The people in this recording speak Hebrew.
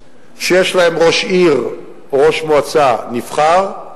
שיש להם ראש עיר או ראש מועצה נבחר,